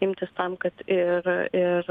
imtis tam kad ir ir